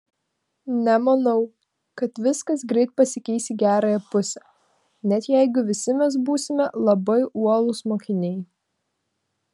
nemanau kad viskas greit pasikeis į gerąją pusę net jeigu visi mes būsime labai uolūs mokiniai